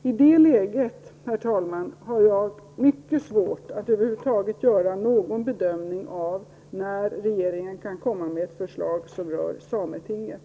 I det läget, herr talman, har jag mycket svårt att över huvud taget göra någon bedömning av när regeringen kan komma med förslag rörande sametinget.